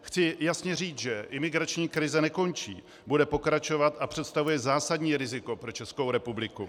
Chci jasně říct, že imigrační krize nekončí, bude pokračovat a představuje zásadní riziko pro Českou republiku.